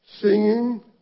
singing